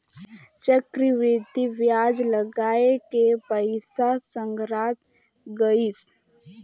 चक्रबृद्धि बियाज लगाय के पइसा संघरात गइस